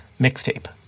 mixtape